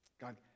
God